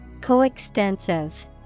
Coextensive